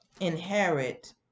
inherit